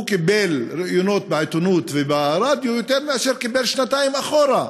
הוא קיבל ראיונות בעיתונות וברדיו יותר מאשר קיבל שנתיים אחורה.